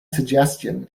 suggestion